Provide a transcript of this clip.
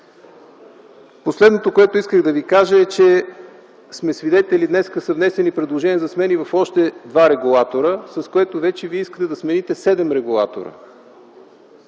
Последното, което исках да ви кажа, е, че днес са внесени предложения за смени в още два регулатора, с което вие искате да смените всъщност седем регулатора.